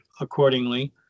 accordingly